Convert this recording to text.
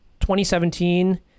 2017